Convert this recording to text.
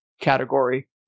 category